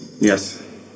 yes